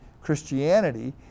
Christianity